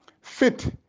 fit